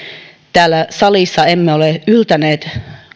täällä salissa emme ole yltäneet